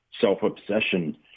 self-obsession